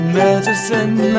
medicine